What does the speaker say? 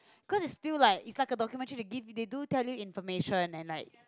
cause is still like is like a documentary they give they do tell you information and like